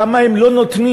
כמה הן לא נותנות,